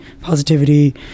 positivity